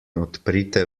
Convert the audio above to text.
odprite